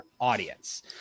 audience